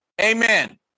Amen